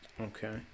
Okay